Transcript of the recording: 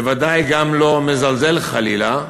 בוודאי גם לא מזלזל חלילה,